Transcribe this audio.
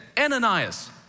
Ananias